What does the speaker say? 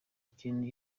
kintu